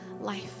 life